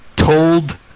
Told